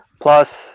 Plus